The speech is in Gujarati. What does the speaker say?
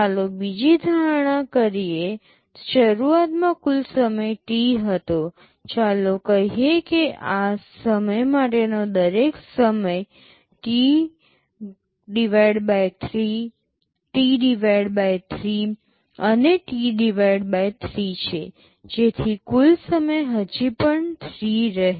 ચાલો બીજી ધારણા કરીએ શરૂઆતમાં કુલ સમય T હતો ચાલો કહીએ કે આ સમય માટેનો દરેક સમય T3 T3 અને T3 છે જેથી કુલ સમય હજી પણ T રહે